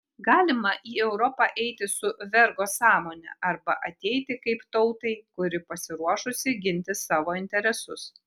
galima į europą eiti su vergo sąmone arba ateiti kaip tautai kuri pasiruošusi ginti savo interesus